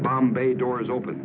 bombay doors open